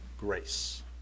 grace